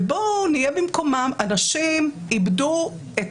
בואו נהיה במקומם, אנשים איבדו את